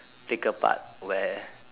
thicker part where